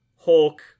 hulk